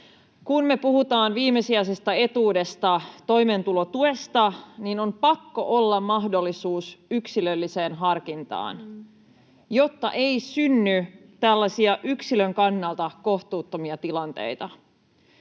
Kun me puhutaan viimesijaisesta etuudesta, toimeentulotuesta, niin on pakko olla mahdollisuus yksilölliseen harkintaan, jotta ei synny tällaisia yksilön kannalta kohtuuttomia tilanteita.